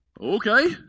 Okay